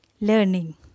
learning